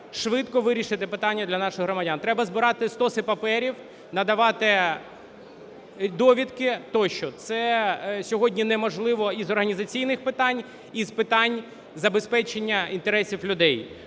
швидко вирішити питання для наших громадян. Треба збирати стоси паперів, надавати довідки тощо. Це сьогодні неможливо і з організаційних питань, і з питань забезпечення інтересів людей.